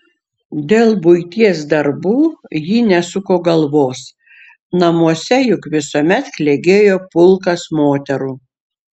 dėl buities darbų ji nesuko galvos namuose juk visuomet klegėjo pulkas moterų